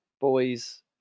boys